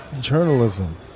journalism